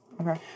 Okay